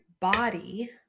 body